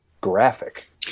graphic